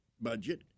budget